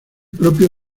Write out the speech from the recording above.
propio